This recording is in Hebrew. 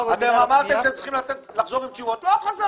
אתם אמרתם שאתם צריכים לחזור עם תשובות ולא חזרתם.